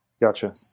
Gotcha